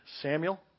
Samuel